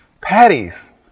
Patties